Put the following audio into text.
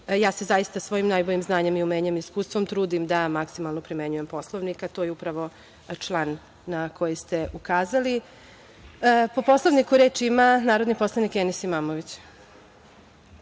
se zaista svojim najboljim znanjem, umenjem i iskustvom trudim da maksimalno primenjujem Poslovnik, a to je upravo član na koji ste ukazali. Po Poslovniku reč ima narodni poslanik Enis